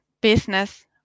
business